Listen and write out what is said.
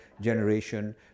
generation